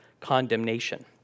condemnation